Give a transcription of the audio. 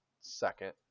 second